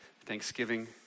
thanksgiving